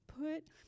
put